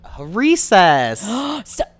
Recess